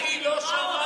כי לא שמעת.